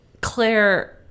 Claire